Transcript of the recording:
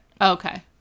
Okay